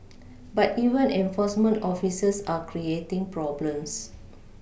but even enforcement officers are creating problems